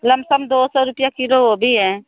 lump sum दो सौ रुपिया किलो वो भी हैं